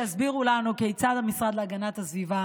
אבל שיסבירו לנו כיצד המשרד להגנת הסביבה